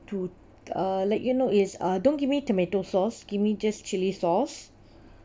to uh let you know is uh don't give me tomato sauce give me just chilli sauce